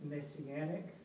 Messianic